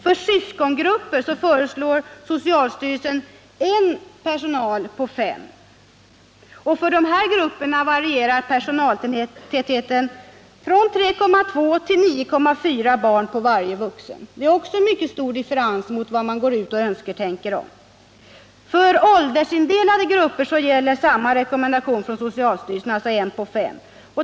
För syskongrupper föreslår socialstyrelsen proportionen 1 på 5, och för dessa grupper varierar personaltätheten från 3,2 till 9,4 barn på varje vuxen — också det är en mycket stor differens jämfört med vad man önsketänker om. För åldersindelade grupper gäller samma rekommendation från socialstyrelsen, alltså 1 på 5.